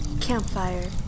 Campfire